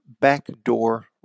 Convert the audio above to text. backdoor